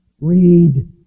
Read